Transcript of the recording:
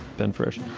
ben, for.